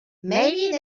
maybe